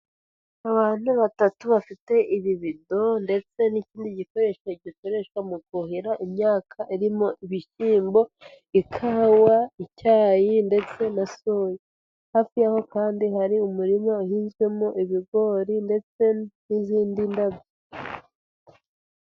Abantu batatu bafite ibibido ndetse n'ikindi gikoresho gikoreshwa mu kuhira imyaka irimo ibishyimbo, ikawa, icyayi ndetse na soya. Hafi y'aho kandi hari umurima uhinzwemo ibigori ndetse n'izindi ndabyo.